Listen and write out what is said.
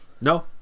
No